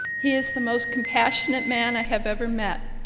he is the most compassionate man i have ever met.